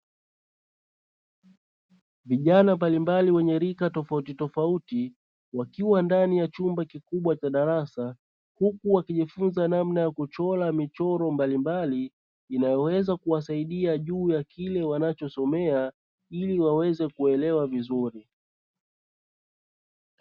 Vijana mbalimbali wenye rika tofauti tofauti wakiwa ndani ya chumba kikubwa cha darasa. Huku wakijifunza namna ya kuchora michoro mbalimbali, inayoweza kuwasaidia juu ya kile wanachosomea, ili waweze kuelewa vizuri.